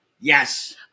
Yes